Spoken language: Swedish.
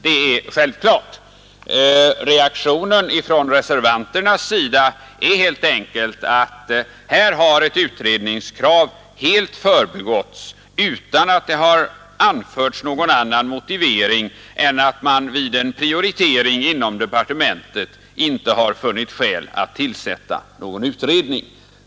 Reservanterna reagerar helt enkelt mot att ett utredningskrav här har förbigåtts. Detta har skett utan att någon annan motivering anförts än att man vid en prioritering inom departementet inte funnit skäl att tillsätta någon utredning.